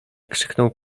krzyknął